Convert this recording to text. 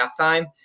halftime